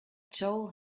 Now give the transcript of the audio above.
told